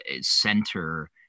center